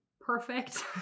perfect